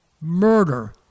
murder